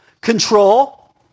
Control